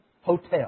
Hotel